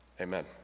Amen